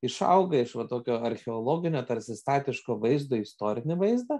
išauga iš va tokio archeologinio tarsi statiško vaizdo į istorinį vaizdą